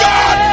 God